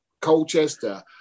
Colchester